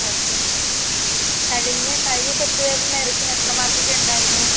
okay okay കഴിഞ്ഞ കഴിഞ്ഞ test പേപ്പറിന് എറിക്കിന് എത്ര മാർക്കൊക്കെ ഉണ്ടായിരുന്നു